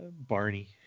Barney